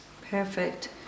Perfect